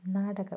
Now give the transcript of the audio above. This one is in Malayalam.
നാടകം